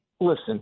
Listen